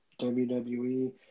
WWE